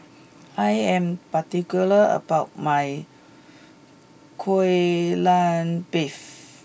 I am particular about my Kai Lan beef